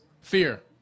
Fear